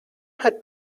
had